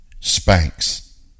Spanx